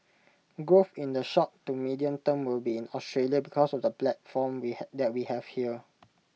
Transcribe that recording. growth in the short to medium term will be in Australia because of the platform we have that we have here